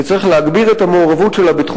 וצריך להגביר את המעורבות שלה בתחום